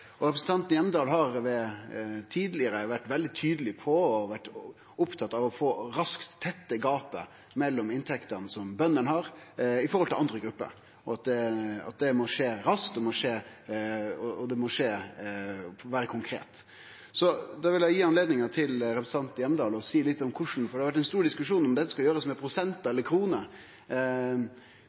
dette. Representanten Hjemdal har tidlegare vore veldig tydeleg på og vore opptatt av raskt å tette gapet mellom inntekta som bøndene har, og som andre grupper har, at det må skje raskt, og at det må vere konkret. Eg vil gi representanten Hjemdal anledning til å seie litt om korleis, for det har vore ein stor diskusjon om dette skal gjerast i prosent eller i kroner.